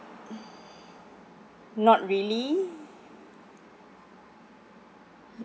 not really